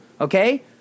Okay